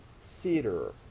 cedar